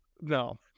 No